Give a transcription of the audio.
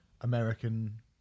American